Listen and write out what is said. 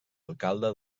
alcalde